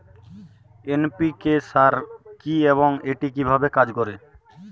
NPK সার কি এবং এটি কিভাবে কাজ করে?